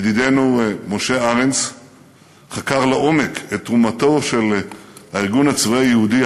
ידידנו משה ארנס חקר לעומק את תרומתו של הארגון הצבאי היהודי,